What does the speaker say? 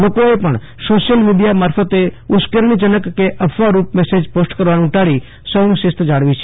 લોકોએ પણ social media મારફતે ઉશ્કેરણી જનક કે અફવારૂપ મેસેજ પોસ્ટ કરવાનું ટાળી સ્વયમશિસ્ત જાળવ્યું છે